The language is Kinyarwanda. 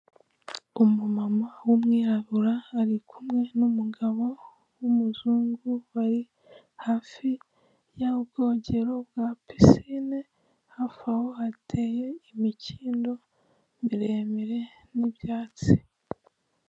Umumama w'umwirabura ari kumwe n'umugabo w'umuzungu bari hafi y'ubwogero bwa pisine hafi aho hateye imikindo miremire n'ibyatsi.